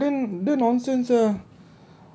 !alamak! esok then dia nonsense ah